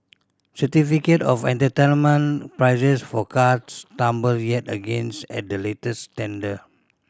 certificate of entitlement prices for cars tumbled yet against at the latest tender